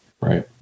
Right